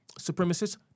supremacists